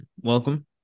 Welcome